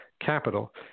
capital